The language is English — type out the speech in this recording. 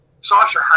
Sasha